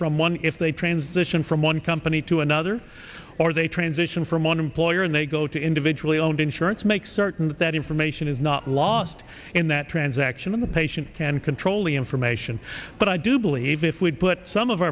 from one if they transition from one company to another or they transition from one employer and they go to individually owned insurance make certain that that information is not lost in that transaction when the patient can control the information but i do believe if we'd put some of